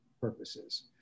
purposes